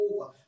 over